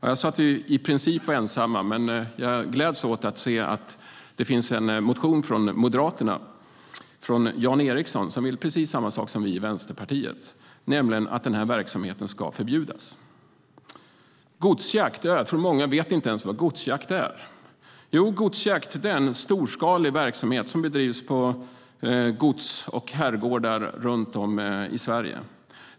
Jag sade att vi i princip är ensamma, men jag gläds åt att det finns en motion från Moderaterna, från Jan Ericson, som vill precis detsamma som vi i Vänsterpartiet, nämligen att den här verksamheten ska förbjudas. Jag tror att många inte ens vet vad godsjakt är. Det är en storskalig verksamhet som bedrivs på gods och herrgårdar runt om i Sverige.